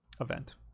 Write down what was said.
event